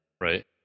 Right